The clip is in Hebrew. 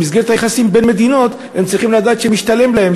במסגרת היחסים בין מדינות הם צריכים לדעת שמשתלם להם